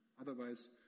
Otherwise